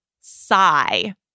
sigh